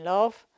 Love